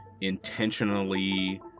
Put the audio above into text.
intentionally